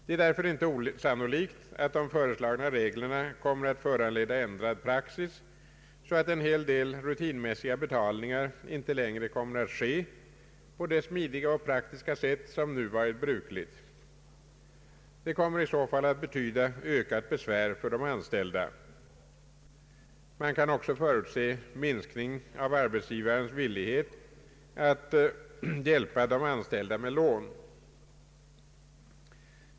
Det är därför inte osannolikt att de föreslagna reglerna kommer att föranleda ändrad praxis, så att en hel del rutinmässiga betalningar inte längre kommer att ske på det smidiga och praktiska sätt som nu varit brukligt. Det kommer i så fall att betyda ökat besvär för de anställda. Man kan också förutse minskning av arbetsgivarens villighet att hjälpa de anställda med lån.